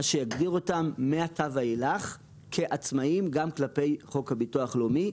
מה שיגדיר אותם מעתה ואילך כעצמאים גם ביחס לחוק הביטוח הלאומי,